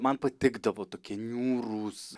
man patikdavo tokie niūrūs